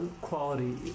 quality